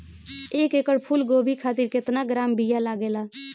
एक एकड़ फूल गोभी खातिर केतना ग्राम बीया लागेला?